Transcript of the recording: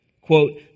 quote